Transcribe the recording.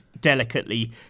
delicately